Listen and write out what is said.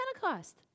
Pentecost